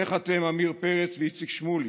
איך אתם, עמיר פרץ ואיציק שמולי,